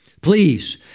Please